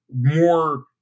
more